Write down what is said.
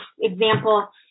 example